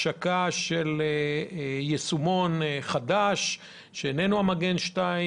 השקה של יישומון חדש שאיננו המגן 2,